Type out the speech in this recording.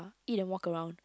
eat and walk around